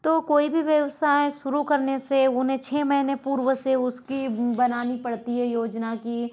तो कोई भी व्यवसाय शुरू करने से उन्हें छः महीने पूर्व से उसकी बनानी पड़ती है योजना की